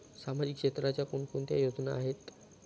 सामाजिक क्षेत्राच्या कोणकोणत्या योजना आहेत?